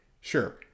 sure